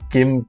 Kim